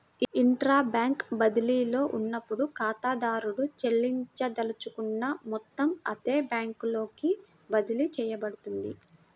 intra bank బదిలీలో ఉన్నప్పుడు, ఖాతాదారుడు చెల్లించదలుచుకున్న మొత్తం అదే బ్యాంకులోకి బదిలీ చేయబడుతుంది